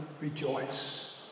rejoice